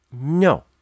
No